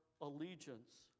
allegiance